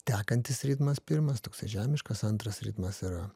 tekantis ritmas pirmas toksai žemiškas antras ritmas yra